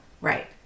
Right